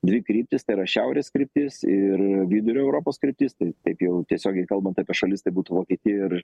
dvi kryptis tai yra šiaurės kryptis ir vidurio europos kryptis tai taip jau tiesiogiai kalbant apie šalis tai būtų vokietija ir